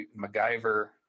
MacGyver